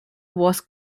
was